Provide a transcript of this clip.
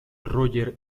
roger